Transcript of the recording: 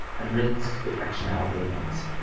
and risk detection algorithms,